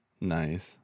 Nice